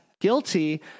guilty